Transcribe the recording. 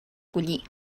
collir